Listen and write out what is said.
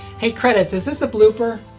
hey credits, is this a blooper?